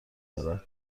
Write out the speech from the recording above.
دارد